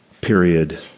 period